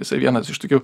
jisai vienas iš tokių